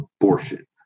abortion